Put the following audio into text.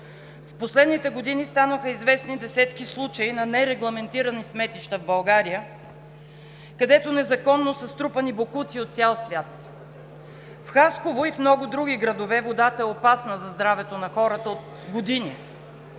В последните години станаха известни десетки случаи на нерегламентирани сметища в България, където незаконно са струпани боклуци от цял свят. В Хасково и в много други градове водата е опасна за здравето на хората от години!